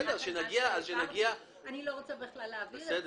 אני לא רוצה בכלל להעביר את זה.